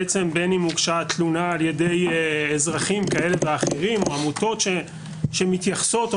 בין אם הוגשה תלונה על ידי אזרחים כאלה ואחרים או עמותות שמתייחסות או